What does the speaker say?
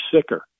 sicker